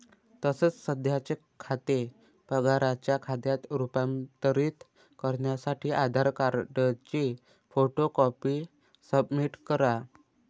तसेच सध्याचे खाते पगाराच्या खात्यात रूपांतरित करण्यासाठी आधार कार्डची फोटो कॉपी सबमिट करा